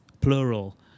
plural